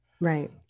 Right